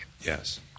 Yes